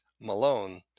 Malone